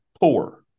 poor